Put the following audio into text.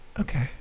okay